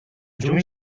juny